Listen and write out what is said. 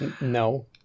No